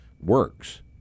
works